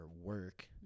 work